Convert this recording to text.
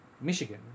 Michigan